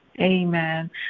Amen